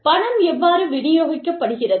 பணம் எவ்வாறு விநியோகிக்கப்படுகிறது